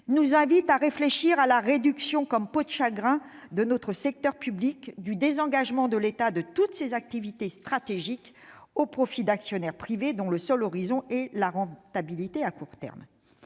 nous invitent à réfléchir à la réduction comme peau de chagrin de notre secteur public, au désengagement de l'État de toutes ses activités stratégiques au profit d'actionnaires privés, dont le seul horizon est la rentabilité à court terme.